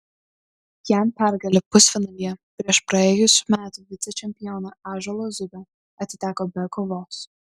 jam pergalė pusfinalyje prieš praėjusių metų vicečempioną ąžuolą zubę atiteko be kovos